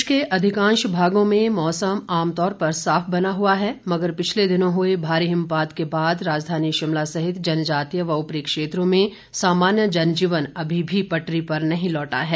प्रदेश के अधिकांश भागों में मौसम आमतौर पर साफ बना हुआ है मगर पिछले दिनों हुए भारी हिमपात के बाद राजधानी शिमला सहित जनजातीय व उपरी क्षेत्रों में सामान्य जनजीवन अभी भी पटरी पर नहीं लौटा है